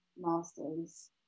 master's